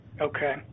Okay